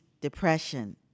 depression